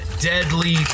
deadly